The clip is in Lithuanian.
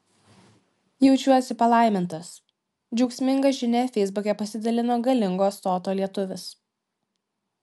jaučiuosi palaimintas džiaugsminga žinia feisbuke pasidalino galingo stoto lietuvis